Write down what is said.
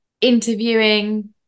interviewing